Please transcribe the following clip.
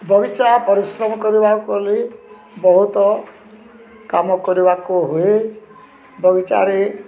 ବଗିଚା ପରିଶ୍ରମ କରିବାକୁ ହେଲେ ବହୁତ କାମ କରିବାକୁ ହୁଏ ବଗିଚାରେ